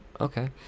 Okay